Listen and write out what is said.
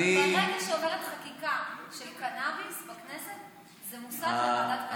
ברגע שעוברת חקיקה של קנביס בכנסת זה מוסב לוועדת קנביס.